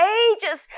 ages